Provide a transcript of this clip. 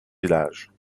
villages